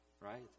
right